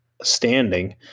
standing